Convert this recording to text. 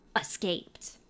escaped